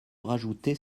rajouter